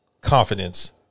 confidence